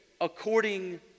according